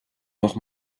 noch